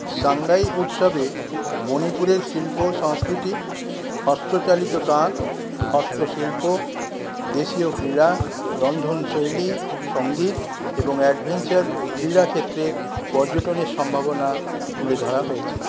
Shanghai উৎসবে মণিপুরের শিল্প সংস্কৃতি হস্তচালিত তাঁত হস্তশিল্প দেশীয় ক্রীড়া রন্ধনশৈলী সঙ্গীত এবং অ্যাডভেঞ্চার ক্রীড়াক্ষেত্রে পর্যটনের সম্ভাবনা তুলে ধরা হয়েছে